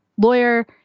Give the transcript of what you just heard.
lawyer